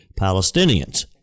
Palestinians